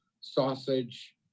sausage